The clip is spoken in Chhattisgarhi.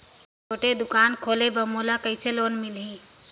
छोटे दुकान खोले बर मोला कइसे लोन मिलही?